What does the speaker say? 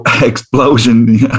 explosion